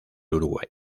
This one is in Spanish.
uruguay